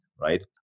right